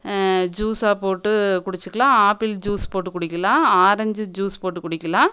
ஜூஸாக போட்டு குடிச்சிக்கலாம் apple juice போட்டு குடிக்கலாம் ஆரஞ்சு ஜூஸ் போட்டு குடிக்கலாம்